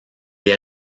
est